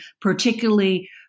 particularly